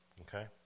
Okay